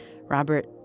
Robert